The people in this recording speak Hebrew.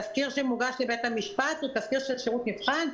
תסקיר שמוגש לבית המשפט הוא תסקיר של שירות מבחן,